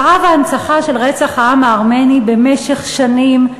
הכרה והנצחה של רצח העם הארמני במשך שנים,